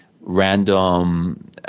random